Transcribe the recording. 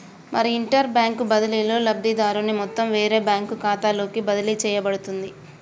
మరి inter bank బదిలీలో లబ్ధిదారుని మొత్తం వేరే బ్యాంకు ఖాతాలోకి బదిలీ చేయబడుతుంది